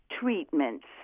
treatments